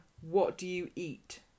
what-do-you-eat